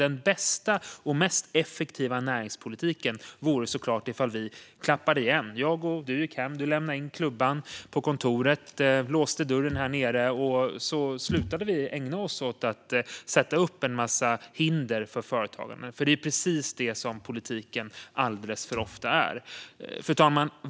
Den bästa och mest effektiva näringspolitiken vore såklart om vi klappade igen, jag och du, om du lämnade in klubban på kontoret och låste dörren och vi gick hem och slutade ägna oss åt att sätta upp en massa hinder för företagande. Det är ju precis det politiken alldeles för ofta gör.